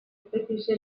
britische